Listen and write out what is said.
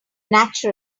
natural